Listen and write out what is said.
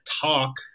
talk